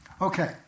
Okay